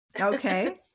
Okay